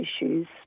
issues